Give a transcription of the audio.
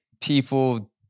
people